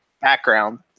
background